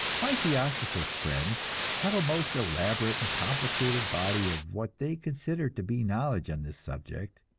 my theosophist friends have a most elaborate and complicated body of what they consider to be knowledge on this subject